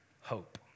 hope